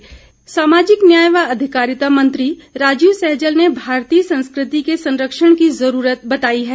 सहजल सामाजिक न्याय व अधिकारिता मंत्री राजीव सहजल ने भारतीय संस्कृति के संरक्षण की ज़रूरत बताई है